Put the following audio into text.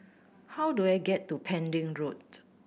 how do I get to Pending Road